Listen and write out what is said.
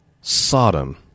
Sodom